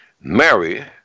Mary